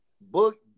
book